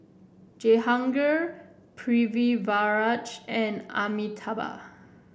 Jehangirr Pritiviraj and Amitabh